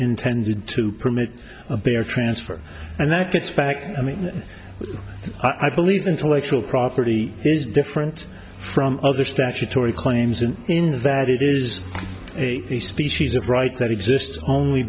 intended to permit a bear transfer and that gets back i mean i believe intellectual property is different from other statutory claims an invalid it is a species of right that exists only